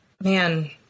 man